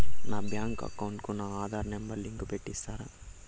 నా bank account కు నా ఆధార్ నెంబర్ లింకు పెట్టి ఇస్తారా?